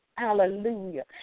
Hallelujah